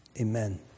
Amen